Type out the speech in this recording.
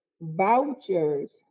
vouchers